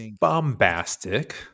bombastic